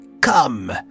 Come